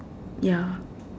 ya